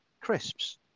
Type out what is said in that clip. crisps